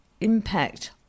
impact